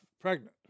pregnant